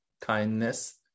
kindness